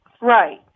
Right